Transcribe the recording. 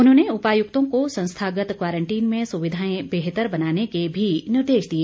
उन्होंने उपायुक्तों को संस्थागत क्वारंटीन में सुविधाएं बेहतर बनाने के भी निर्देश दिए